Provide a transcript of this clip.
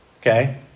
Okay